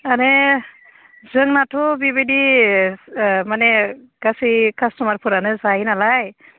आरे जोंनाथ' बेबायदि माने गासै कास्ट'मारफोरानो जायो नालाय